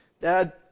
Dad